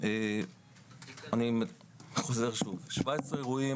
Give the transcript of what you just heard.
אני חוזר שוב, היו 17 אירועים